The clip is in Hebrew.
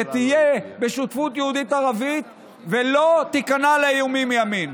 שתהיה בשותפות יהודית-ערבית ולא תיכנע לאיומים מימין.